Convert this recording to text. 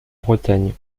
bretagne